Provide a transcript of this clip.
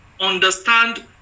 understand